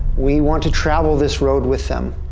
we want to travel this road with them.